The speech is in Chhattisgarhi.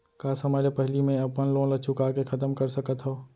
का समय ले पहिली में अपन लोन ला चुका के खतम कर सकत हव?